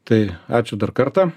tai ačiū dar kartą